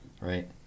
Right